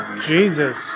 Jesus